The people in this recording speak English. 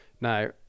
Now